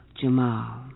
Jamal